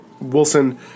Wilson